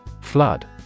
Flood